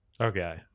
Okay